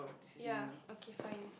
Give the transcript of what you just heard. ya okay fine